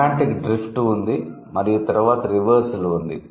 semantic drift ఉంది మరియు తరువాత రివర్సల్ ఉంది